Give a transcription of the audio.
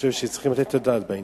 חושב שצריכים לתת את הדעת בעניין.